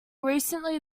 recently